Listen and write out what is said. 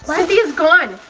cynthia's gone.